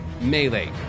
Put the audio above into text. melee